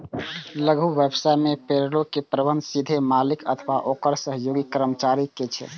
लघु व्यवसाय मे पेरोल के प्रबंधन सीधे मालिक अथवा ओकर सहयोगी कर्मचारी करै छै